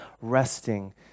resting